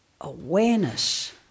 awareness